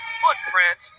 footprint